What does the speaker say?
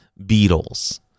Beatles